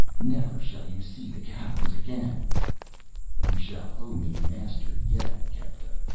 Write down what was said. never shall you see the caverns again you shall own me master yet, kepta.